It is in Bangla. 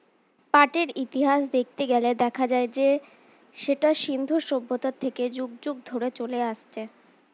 পাটের ইতিহাস দেখতে গেলে দেখা যায় যে সেটা সিন্ধু সভ্যতা থেকে যুগ যুগ ধরে চলে আসছে